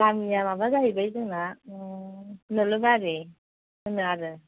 गामिया माबा जाहैबाय जोंना नोलोबारि होनो आरो